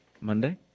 Monday